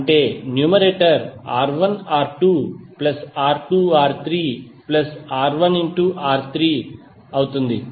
అంటే numerator R1R2R2R3R1R3 అవుతుంది